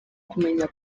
kumenya